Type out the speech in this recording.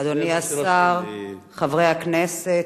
אדוני השר, חברי הכנסת,